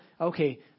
Okay